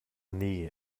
nee